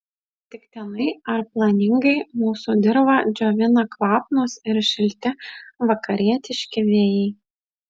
atsitiktinai ar planingai mūsų dirvą džiovina kvapnūs ir šilti vakarietiški vėjai